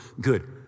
good